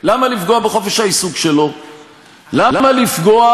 למה לפגוע